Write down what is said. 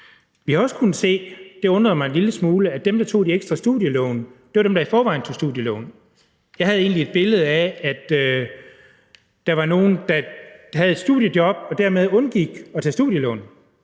lille smule – at dem, der tog de ekstra studielån, var dem, der i forvejen tog studielån. Jeg havde egentlig et billede af, at det var nogle, der havde et studiejob og dermed undgik at tage studielån,